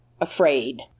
afraid